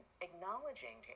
acknowledging